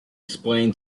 explain